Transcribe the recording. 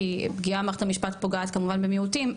כי פגיעה במערכת המשפט פוגעת כמובן במיעוטים,